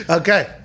Okay